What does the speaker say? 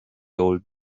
old